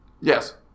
yes